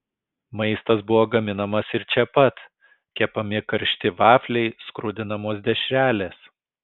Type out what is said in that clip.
maistas buvo gaminamas ir čia pat kepami karšti vafliai skrudinamos dešrelės